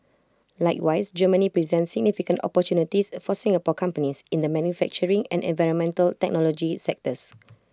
likewise Germany presents significant opportunities for Singapore companies in the manufacturing and environmental technology sectors